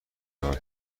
رود